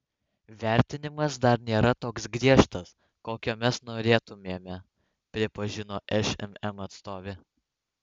vertinimas dar nėra toks griežtas kokio mes norėtumėme pripažino šmm atstovė